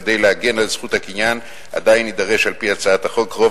כדי להגן על זכות הקניין עדיין יידרש על-פי הצעת החוק רוב